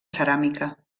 ceràmica